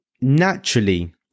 naturally